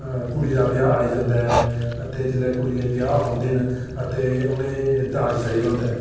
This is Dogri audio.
कुड़ी दा ब्याह् आई जंदा ऐ ते जेल्लै कुड़ी दे ब्याह् औंदे न ते उ'नें दाज़ चाहिदा होंदा ऐ